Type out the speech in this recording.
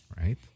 right